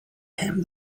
him